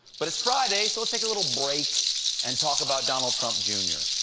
but it's friday, so let's take a little break and talk about donald trump, jr.